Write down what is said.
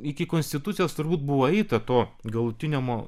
iki konstitucijos turbūt buvo eita to galutinio